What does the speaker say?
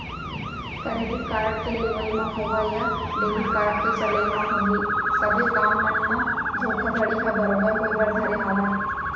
credit card के लेवई म होवय या डेबिट कारड के चलई म होगे सबे काम मन म धोखाघड़ी ह बरोबर होय बर धरे हावय